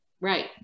Right